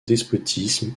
despotisme